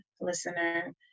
listener